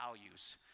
values